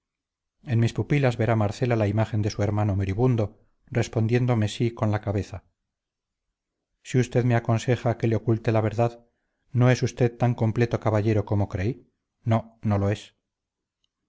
en mis pupilas verá marcela la imagen de su hermano moribundo respondiéndome sí con la cabeza si usted me aconseja que le oculte la verdad no es usted tan completo caballero como creí no no lo es